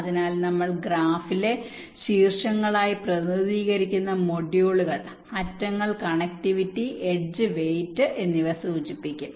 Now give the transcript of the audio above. അതിനാൽ നമ്മൾ ഗ്രാഫിലെ ശീർഷങ്ങളായി പ്രതിനിധീകരിക്കുന്ന മൊഡ്യൂളുകൾ അറ്റങ്ങൾ കണക്റ്റിവിറ്റി എഡ്ജ് വെയിറ്റ് എന്നിവ സൂചിപ്പിക്കും